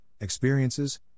experiences